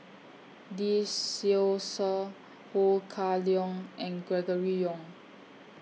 Lee Seow Ser Ho Kah Leong and Gregory Yong